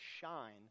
shine